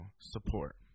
support